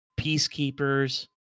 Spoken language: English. Peacekeepers